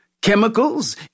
Chemicals